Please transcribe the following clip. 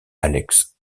alex